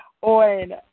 on